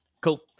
cool